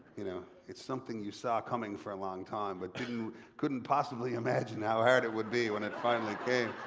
you know it's something you saw coming for a long time but you couldn't possibly imagine how hard it would be when it finally came.